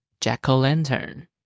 Jack-o'-lantern